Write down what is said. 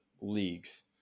leagues